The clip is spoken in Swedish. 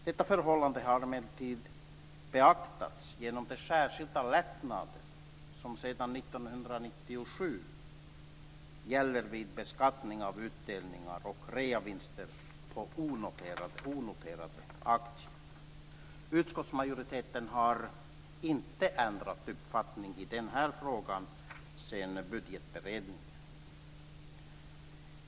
Detta förhållande har emellertid beaktats genom de särskilda lättnader som sedan 1997 gäller vid beskattning av utdelningar och reavinster på onoterade aktier. Utskottsmajoriteten har inte ändrat uppfattning i den här frågan sedan budgetberedningen.